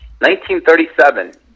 1937